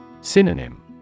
Synonym